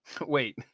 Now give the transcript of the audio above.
Wait